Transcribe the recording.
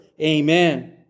Amen